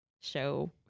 show